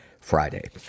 Friday